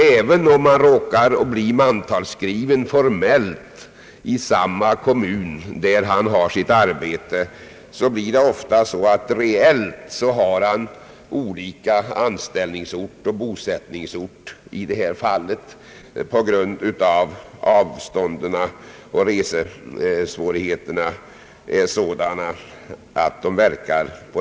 även om han råkar bli mantalsskriven i den kommun där han har sitt arbete, får han ofta reellt olika anställningsort och bostadsort på grund av avståndet och resesvårigheterna.